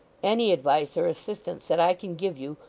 any advice or assistance that i can give you,